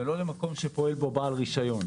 זה לא למקום שפועל בו בעל רישיון.